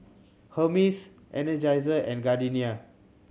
Hermes Energizer and Gardenia